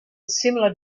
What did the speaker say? similar